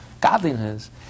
godliness